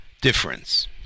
difference